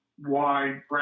wide